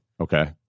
Okay